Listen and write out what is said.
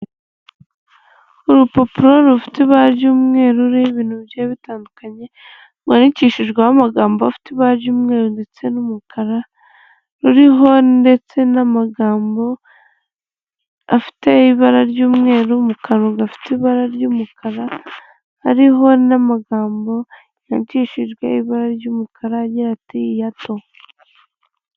Urupapuro rufite ibara ry'umweru ruriho ibintu bigiye bitandukanye rwandikishijwemo amagambo afite i ibara ry'umweru ndetse n'umukara ruriho ndetse n'amagambo afite ibara ry'umweru mu kanwa gafite ibara ry'umukara ariho n'amagambo yatishijwe ibara ry'umukara agira ati yato.